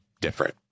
different